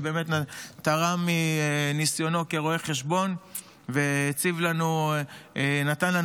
שבאמת תרם מניסיונו כרואה חשבון ונתן לנו